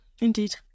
indeed